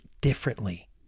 differently